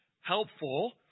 helpful